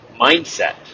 mindset